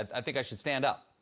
i think i should stand up.